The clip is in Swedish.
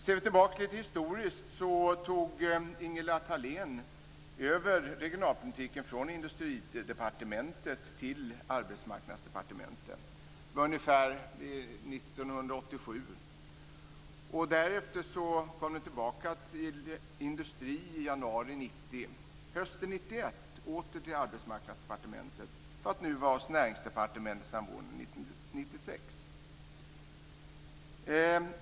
Ser vi tillbaka litet historiskt tog Ingela Thalén över regionalpolitiken från Industridepartementet till Arbetsmarknadsdepartementet. Det var ungefär 1987. Därefter kom den tillbaka till Industridepartementet i januari 1990. Hösten 1991 åter till Arbetsmarknadsdepartementet, för att nu vara hos Näringsdepartementet sedan våren 1996.